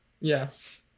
yes